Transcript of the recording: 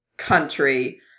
country